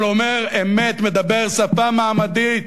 אבל אומר אמת, מדבר שפה מעמדית,